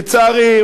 לצערי,